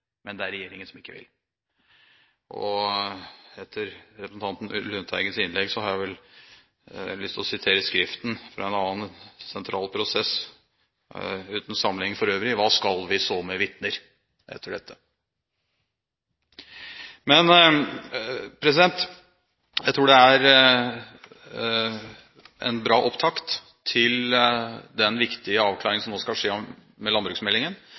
Men det er regjeringen som ikke vil. Etter representanten Lundteigens innlegg har jeg lyst til å sitere fra en annen sentral prosess – uten sammenligning for øvrig: Hva skal vi så med vitner etter dette? Men jeg tror det er en bra opptakt til den viktige avklaringen som nå skal skje med landbruksmeldingen.